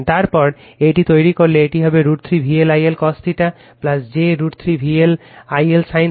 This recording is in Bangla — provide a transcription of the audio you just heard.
তারপর রেফার টাইম 1824 এটি তৈরি করলে এটি হবে √ 3 VL I L cos θ j √ 3 VL I L sin θ